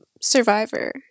survivor